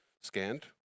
scanned